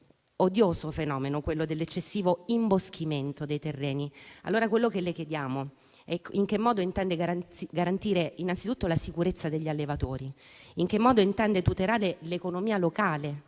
odioso fenomeno, quello dell'eccessivo imboschimento dei terreni. Quello che le chiediamo è in che modo intende garantire innanzitutto la sicurezza degli allevatori; in che modo intende tutelare l'economia locale